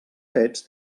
fets